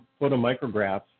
photomicrographs